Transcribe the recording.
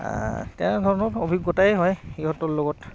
তেনেধৰণৰ অভিজ্ঞতাই হয় সিহঁতৰ লগত